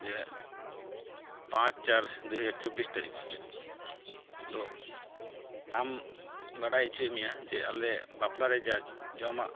ᱡᱮ ᱯᱟᱸᱪ ᱪᱟᱨ ᱫᱩ ᱦᱟᱡᱟᱨ ᱪᱚᱵᱽᱵᱤᱥ ᱛᱟᱹᱨᱤᱠᱷ ᱦᱤᱞᱚᱜ ᱫᱚ ᱟᱢ ᱵᱟᱰᱟᱭ ᱚᱪᱚᱭᱮᱫ ᱢᱮᱭᱟ ᱡᱮ ᱟᱞᱮ ᱵᱟᱯᱞᱟᱨᱮ ᱡᱟ ᱡᱚᱢᱟᱜ